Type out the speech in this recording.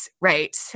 Right